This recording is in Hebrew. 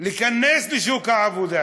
להיכנס לשוק העבודה.